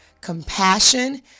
compassion